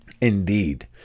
Indeed